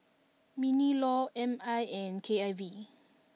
Mini law M I and K I V